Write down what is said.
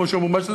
כמו שאומרים,